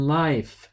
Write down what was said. life